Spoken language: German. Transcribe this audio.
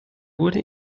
wurde